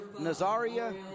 Nazaria